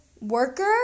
worker